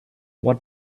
what